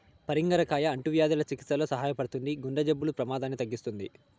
పరింగర కాయ అంటువ్యాధుల చికిత్సలో సహాయపడుతుంది, గుండె జబ్బుల ప్రమాదాన్ని తగ్గిస్తుంది